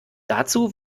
dazu